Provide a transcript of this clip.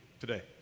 today